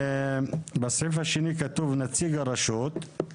בסעיף השני כתוב "נציג הרשות",